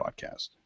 Podcast